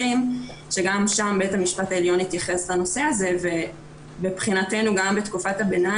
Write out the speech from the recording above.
שגם שם ביהמ"ש העליון התייחס לנושא הזה ומבחינתנו גם בתקופת הביניים,